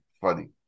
funny